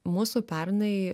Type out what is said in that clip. mūsų pernai